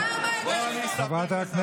בוא אני אספר לך.